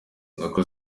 nako